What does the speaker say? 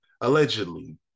allegedly